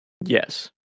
Yes